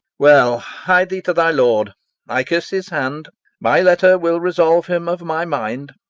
well, hie thee to thy lord i kiss his hand my letter will resolve him of my mind.